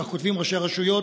כך כותבים ראשי הרשויות,